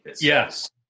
Yes